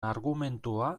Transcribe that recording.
argumentua